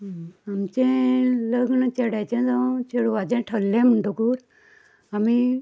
आमचें लग्न चेड्याचें जावं चेडवाचें थरलें म्हणटकच आमी